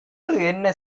என்ன